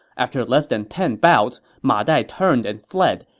after less than ten bouts, ma dai turned and fled,